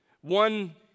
One